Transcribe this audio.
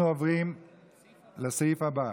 אנחנו עוברים לסעיף הבא,